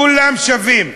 כולם שווים,